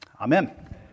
Amen